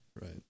Right